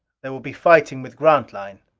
there will be fighting with grantline!